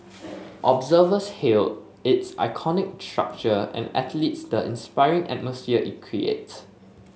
observers hailed its iconic structure and athlete the inspiring atmosphere it creates